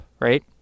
right